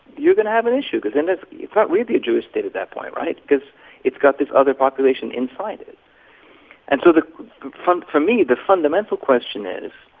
you're going to have an issue because then it's not really a jewish state at that point right? because it's got this other population inside it and so the for me, the fundamental question is